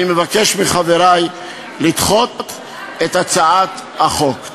אני מבקש מחברי לדחות את הצעת החוק.